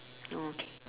okay